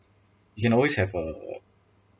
you can always have a